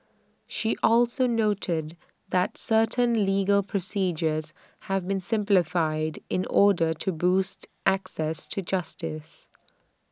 she also noted that certain legal procedures have been simplified in order to boost access to justice